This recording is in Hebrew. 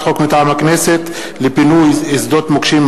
מטעם הכנסת: הצעת חוק לפינוי שדות מוקשים,